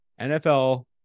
NFL